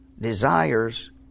Desires